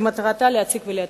שמטרתה להציק ולהטריד.